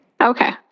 Okay